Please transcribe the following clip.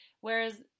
Whereas